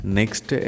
next